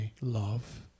love